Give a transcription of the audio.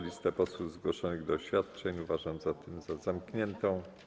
Listę posłów zgłoszonych do oświadczeń uważam zatem za zamkniętą.